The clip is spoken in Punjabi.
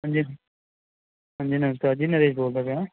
ਹਾਂਜੀ ਹਾਂਜੀ ਨਮਸਕਾਰ ਜੀ ਨਰੇਸ਼ ਬੋਲਦਾ ਪਿਆ